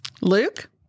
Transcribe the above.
Luke